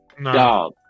No